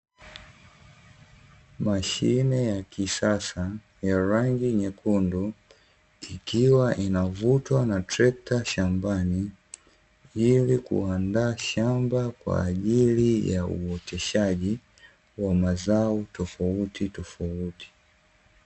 Mashine ya kisasa ya rangi nyekundu, ikiwa inavutwa na trekta shambani, ili kuandaa shamba kwa ajili ya uoteshaji wa mazao tofautitofauti.